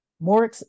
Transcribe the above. More